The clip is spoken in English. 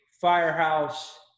Firehouse